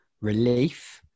relief